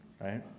right